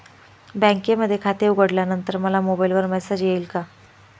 बँकेमध्ये खाते उघडल्यानंतर मला मोबाईलवर मेसेज येईल का?